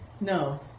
No